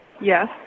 Yes